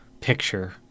picture